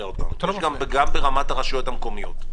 ברמת הרשויות המקומיות.